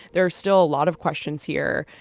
there are still a lot of questions here.